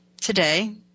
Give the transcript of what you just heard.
today